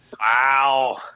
Wow